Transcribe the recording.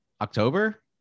october